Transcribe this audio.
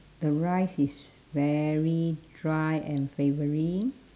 the rice is very dry and flavouring